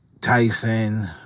Tyson